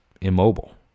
immobile